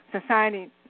society